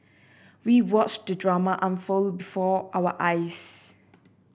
we watched the drama unfold before our eyes